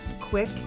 quick